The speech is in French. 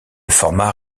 format